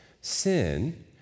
sin